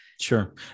Sure